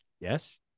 Yes